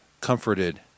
comforted